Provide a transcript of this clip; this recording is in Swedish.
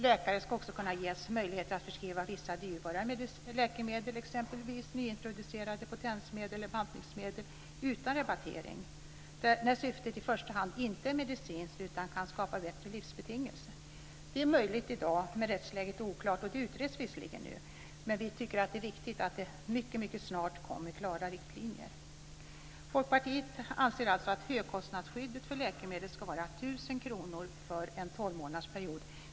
Läkare ska ges möjlighet att förskriva vissa dyrbarare läkemedel - exempelvis nyintroducerade potensmedel och bantningsmedel - utan rabattering när syftet i första hand inte är medicinskt utan kan skapa bättre livsbetingelser. Det är möjligt i dag, men rättsläget är oklart och utreds visserligen nu. Det är viktigt att det snarast kommer klara riktlinjer. månadersperiod.